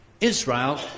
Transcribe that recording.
Israel